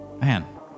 Man